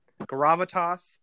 Gravitas